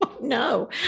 no